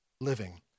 living